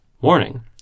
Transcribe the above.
Warning